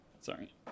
Sorry